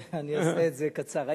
אני אעשה את זה קצר.